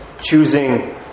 choosing